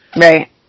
Right